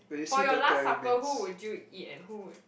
for your last supper who would you eat and who would